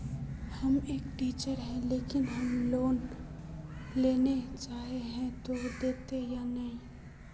हम एक टीचर है लेकिन हम लोन लेले चाहे है ते देते या नय?